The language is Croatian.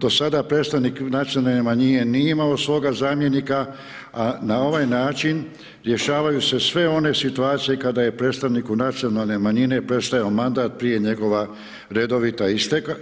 Do sada predstavnik nacionalne manjine nije imao svoga zamjenika, a na ovaj način, rješavaju se sve one situacije i kada je predstavnik nacionalne manjine predstavio mandat prije njegova redovita